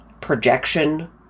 projection